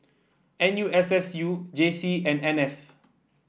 N U S S U J C and N S